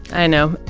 i know.